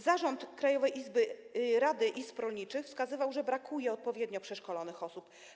Zarząd Krajowej Rady Izb Rolniczych wskazywał, że brakuje odpowiednio przeszkolonych osób.